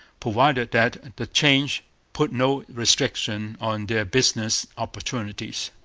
provided that the change put no restriction on their business opportunities.